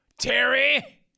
Terry